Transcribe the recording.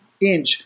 inch